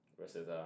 versus